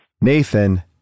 Nathan